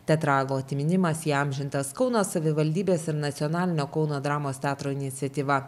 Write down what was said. teatralų atminimas įamžintas kauno savivaldybės ir nacionalinio kauno dramos teatro iniciatyva